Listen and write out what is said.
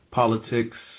politics